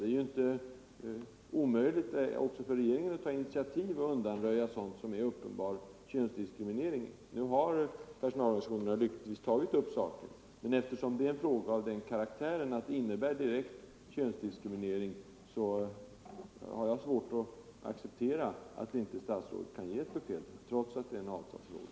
Det är ju inte omöjligt för regeringen att ta initiativ till att undanröja sådant som är uppenbar könsdiskriminering. Nu har personalorganisationerna lyckligtvis tagit upp saken, men eftersom det är fråga om en direkt könsdiskriminering har jag svårt att acceptera att statsrådet inte kan ge besked, trots att det är en avtalsfråga.